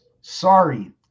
sorry